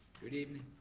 good evening.